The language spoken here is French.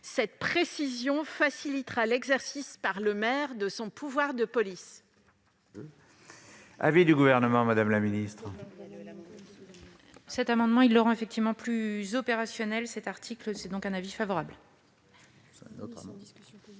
Cette précision facilitera l'exercice par le maire de son pouvoir de police.